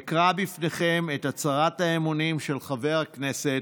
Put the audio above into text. אקרא בפניכם את הצהרת האמונים של חבר הכנסת,